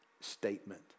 statement